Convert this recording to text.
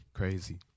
crazy